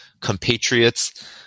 compatriots